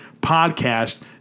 podcast